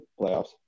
playoffs